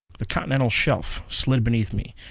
the continental shelf slid beneath me,